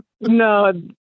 No